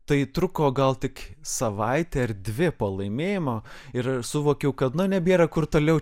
tai truko gal tik savaitę ar dvi po laimėjimo ir suvokiau kad na nebėra kur toliau